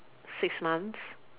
six months